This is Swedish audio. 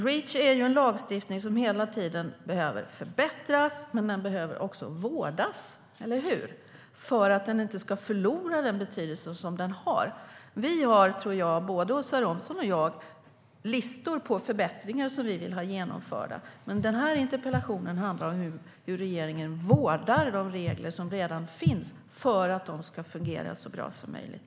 Reach är en lagstiftning som hela tiden behöver förbättras, men den behöver också vårdas för att den inte ska förlora den betydelse som den har, eller hur? Jag tror att både Åsa Romson och jag har listor på förbättringar som vi vill ha genomförda. Men den här interpellationen handlar om hur regeringen vårdar de regler som redan finns för att de ska fungera så bra som möjligt.